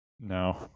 No